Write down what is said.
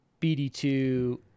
BD2